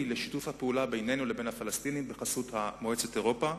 לשיתוף פעולה בינינו לבין הפלסטינים בחסות מועצת אירופה.